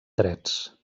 drets